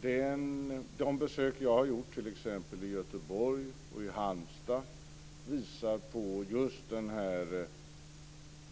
Fru talman! De besök jag har gjort i t.ex. Göteborg och Halmstad visar på just